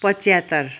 पचहत्तर